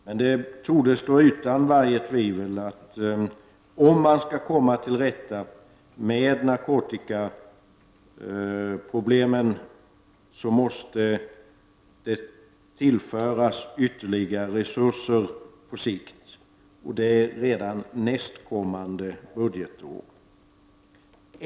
Det torde emellertid stå utom varje tvivel att det måste tillföras ytterligare resurser på sikt, om man skall komma till rätta med narkotikaproblemen. Resurser bör tillföras redan nästkommande budgetår.